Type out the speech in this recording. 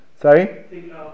Sorry